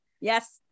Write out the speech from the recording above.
yes